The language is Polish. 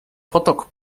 potok